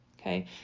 Okay